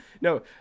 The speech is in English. No